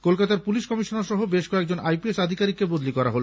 কলকাতার police commissioner সহ বেশ কয়েকজন আইপিএস আধিকারিককে বদলি করা হল